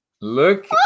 look